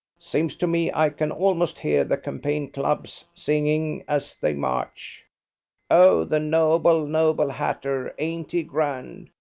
seems to me i can almost hear the campaign clubs singing as they march o the noble, noble hatter, ain't he grand!